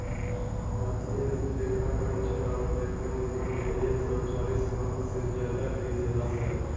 भारतीय लेखापरीक्षा और लेखा विभाग के एक सौ चालीस वर्ष से ज्यादा के इतिहास हइ